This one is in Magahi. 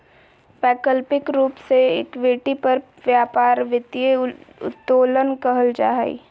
वैकल्पिक रूप से इक्विटी पर व्यापार वित्तीय उत्तोलन कहल जा हइ